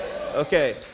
Okay